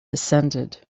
descended